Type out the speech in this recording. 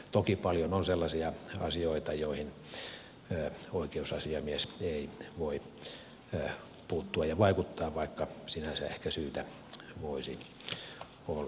toki paljon on sellaisia asioita joihin oikeusasiamies ei voi puuttua ja vaikuttaa vaikka sinänsä ehkä syytä voisi ollakin